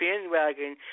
bandwagon